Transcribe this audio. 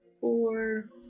Four